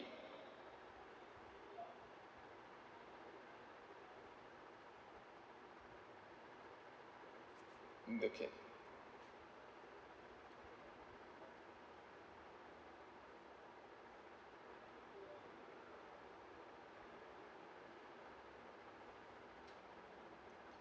mm okay